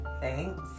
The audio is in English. thanks